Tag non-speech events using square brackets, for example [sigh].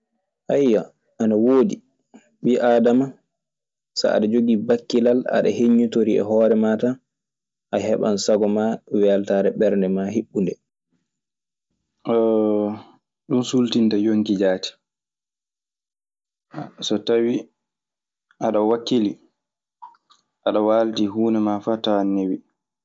[hesitation] ana waɗi ɓi adama so aɗa jogii bakillal. Aɗa yeŋitori e horemɗ tan a heban sagoma weltare ɓerende ma hiɓuɗe. [hesitation] ɗum sultinta wonki jaati. So tawi aɗa wakkili, aɗa waaldi, huunde ma fuu tawan newi.